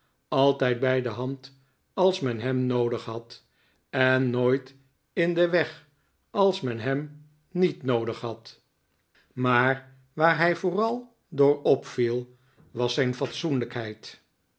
altijd bij de hand als men hem noodig had en nooit in den weg als men hem niet noodig had maar waar hij vooral door opviel was zijn